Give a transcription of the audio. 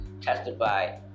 testify